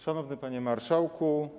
Szanowny Panie Marszałku!